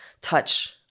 touch